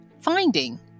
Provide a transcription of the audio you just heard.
finding